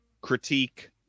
critique